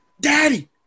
Daddy